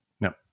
no